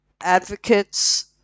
advocates